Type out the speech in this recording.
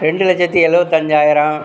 ரெண்டு லட்சத்தி எழுபத்தஞ்சாயரம்